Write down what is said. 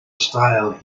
style